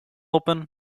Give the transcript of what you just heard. open